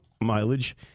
mileage